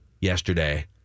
yesterday